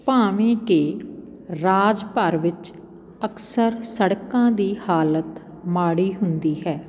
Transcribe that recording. ਭਾਵੇਂ ਕਿ ਰਾਜ ਭਰ ਵਿੱਚ ਅਕਸਰ ਸੜਕਾਂ ਦੀ ਹਾਲਤ ਮਾੜੀ ਹੁੰਦੀ ਹੈ